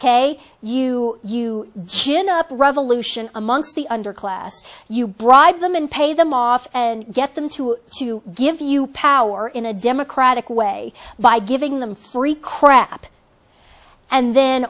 gin up revolution amongst the underclass you bribe them and pay them off and get them to to give you power in a democratic way by giving them free crap and then